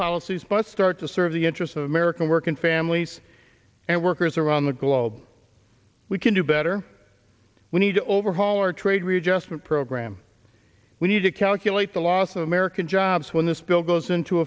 policies must start to serve the interests of american working families and workers around the globe we can do better we need to overhaul our trade readjustment program we need to calculate the loss of american jobs when this bill goes into